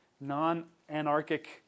non-anarchic